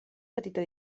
petita